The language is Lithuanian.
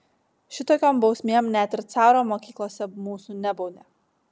šitokiom bausmėm net ir caro mokyklose mūsų nebaudė